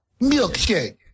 milkshake